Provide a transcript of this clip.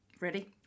ready